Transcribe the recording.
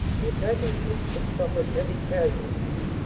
the attacking troops had suf fered heavy casualties,